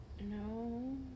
No